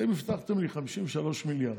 אתם הבטחתם לי 53 מיליארד.